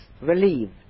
relieved